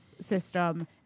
system